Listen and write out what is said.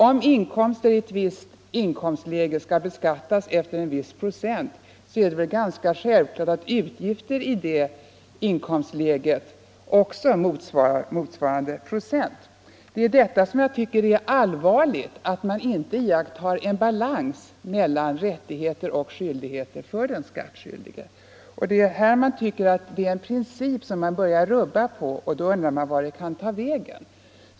Om inkomster i ett visst läge skall beskattas efter en viss procent, är det väl ganska självklart att avdrag för utgifter i samma inkomstläge beräknas efter motsvarande procent. Det allvarliga är, tycker jag, om det inte blir balans mellan rättigheter och skyldigheter för den skattskyldige. Börjar vi rubba på den principen, kan man undra vart det kan ta vägen.